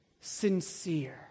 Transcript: sincere